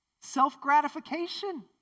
Self-gratification